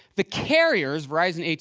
the carriers verizon,